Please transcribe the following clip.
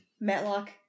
Matlock